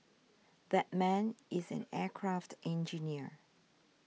that man is an aircraft engineer